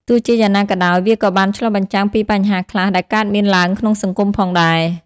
ទោះជាយ៉ាងណាក៏ដោយ វាក៏បានឆ្លុះបញ្ចាំងពីបញ្ហាខ្លះដែលកើតមានឡើងក្នុងសង្គមផងដែរ។